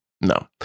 No